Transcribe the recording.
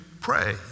pray